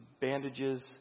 bandages